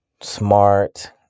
smart